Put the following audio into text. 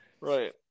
right